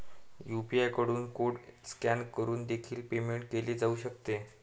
UPI कडून code scan करून देखील पेमेंट केले जाऊ शकते